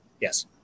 Yes